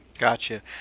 Gotcha